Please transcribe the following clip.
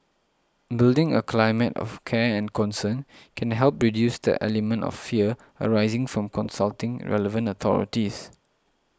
building a climate of care and concern can help reduce the element of fear arising from consulting relevant authorities